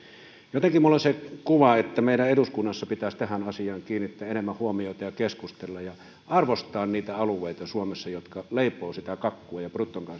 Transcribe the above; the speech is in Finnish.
jotenkin minulla on se kuva että meidän eduskunnassa pitäisi tähän asiaan kiinnittää enemmän huomiota ja keskustella ja arvostaa niitä alueita suomessa jotka leipovat sitä kakkua ja bruttokansantuotetta mutta